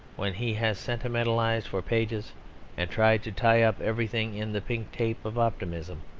when he has sentimentalised for pages and tried to tie up everything in the pink tape of optimism,